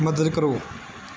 ਮਦਦ ਕਰੋ